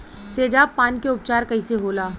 तेजाब पान के उपचार कईसे होला?